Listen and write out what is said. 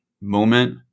moment